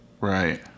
Right